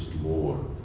more